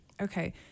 Okay